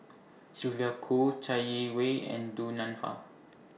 Sylvia Kho Chai Yee Wei and Du Nanfa